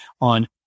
on